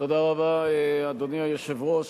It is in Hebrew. אדוני היושב-ראש,